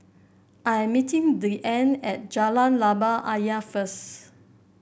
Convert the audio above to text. I am meeting Deann at Jalan Labu Ayer first